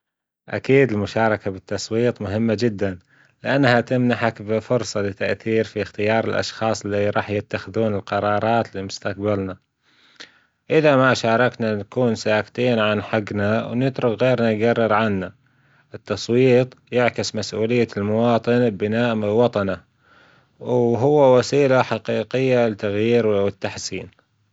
أكيد المشاركة بالتصويت مهمة جدا، لأنها تمنحك بفرصة للتأثير في إختيار الأشخاص اللي راح يتخذون الجرارات لمستجبلنا، إذا ما شاركنا نكون ساكتين عن حقنا ونترك غيرنا يجرر عنا، التصويت يعكس مسولية المواطن البناء من الوطن وهو وسيلة حقيقية لتغيير والتحسين.